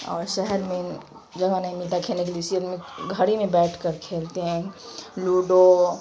اور شہر میں جگہ نہیں ملتا کھیلنے کے لیے اسی لیے گھر ہی میں بیٹھ کر کھیلتے ہیں لوڈو